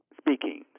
speaking